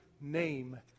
name